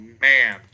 man